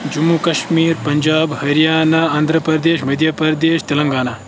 Jammu Kashmir Punjab Haryana Andhra Pradesh Madhya Pradesh Telangana